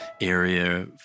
area